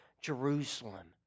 Jerusalem